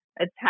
attack